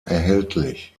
erhältlich